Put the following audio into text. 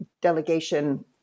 delegation